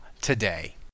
today